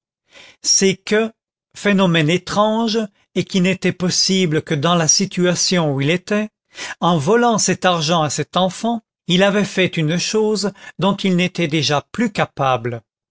c'est que phénomène étrange et qui n'était possible que dans la situation où il était en volant cet argent à cet enfant il avait fait une chose dont il n'était déjà plus capable